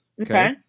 Okay